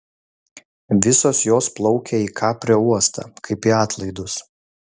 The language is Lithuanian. visos jos plaukia į kaprio uostą kaip į atlaidus